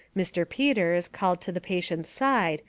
mr. peters, called to the pa tient's side,